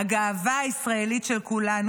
הגאווה הישראלית של כולנו,